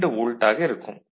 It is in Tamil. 2 வோல்ட் ஆக இருக்கும்